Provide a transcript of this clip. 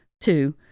two